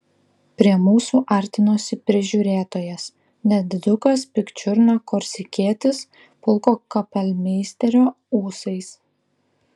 prie mūsų artinosi prižiūrėtojas nedidukas pikčiurna korsikietis pulko kapelmeisterio ūsais